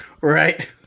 Right